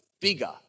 bigger